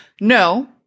No